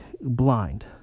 blind